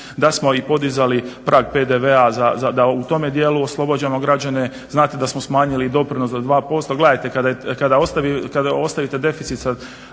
da smo i podizali prag PDV-a da u tome dijelu oslobađamo građane, znate da smo smanjili i doprinos za 2%. Gledajte kada ostavite deficit sa